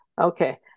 Okay